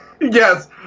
Yes